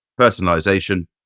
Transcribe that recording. personalization